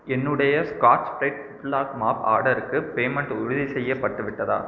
என்னுடைய Scotch Brite ஃபுட்லாக் mop ஆர்டர்க்கு பேமெண்ட் உறுதி செய்யப்பட்டு விட்டதா